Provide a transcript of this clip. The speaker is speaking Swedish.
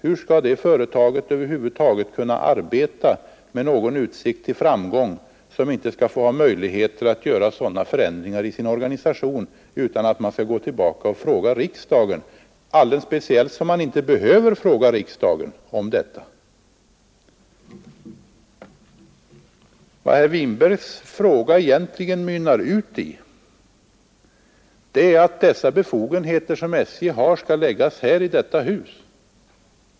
Hur skall det företaget över huvud taget kunna arbeta med någon utsikt till framgång, om företaget inte har möjlighet att göra sådana förändringar i sin organisation utan att gå tillbaka och fråga riksdagen, alldeles speciellt som man inte behöver fråga riksdagen om detta? Vad herr Winbergs fråga egentligen mynnar ut i är att dessa befogenheter som SJ har skall läggas i detta hus.